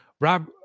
Rob